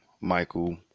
Michael